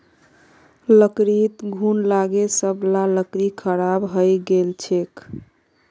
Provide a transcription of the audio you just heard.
लकड़ीत घुन लागे सब ला लकड़ी खराब हइ गेल छेक